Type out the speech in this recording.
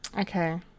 Okay